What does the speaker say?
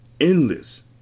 Endless